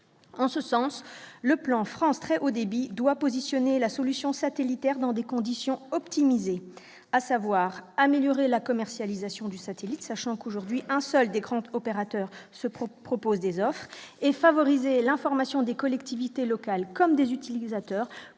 en ce sens, le plan France très haut débit doit positionner la solution satellitaire dans des conditions optimisées à savoir améliorer la commercialisation du satellite, sachant qu'aujourd'hui, un seul des grands opérateurs ce propos proposent des offres et favoriser l'information des collectivités locales comme des utilisateurs